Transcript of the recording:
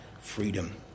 freedom